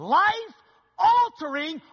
life-altering